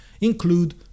include